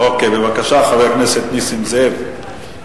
בבקשה, חבר הכנסת נסים זאב.